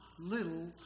little